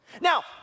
Now